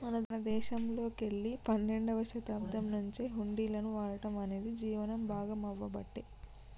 మన దేశంలోకెల్లి పన్నెండవ శతాబ్దం నుంచే హుండీలను వాడటం అనేది జీవనం భాగామవ్వబట్టే